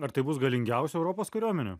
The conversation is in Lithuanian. ar tai bus galingiausia europos kariuomenė